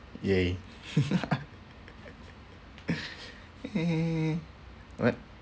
yay yay alright